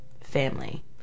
family